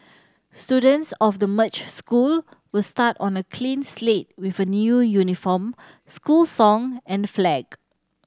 students of the merged school will start on a clean slate with a new uniform school song and flag